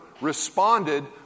responded